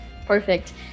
Perfect